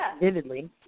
vividly